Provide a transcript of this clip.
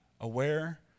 Aware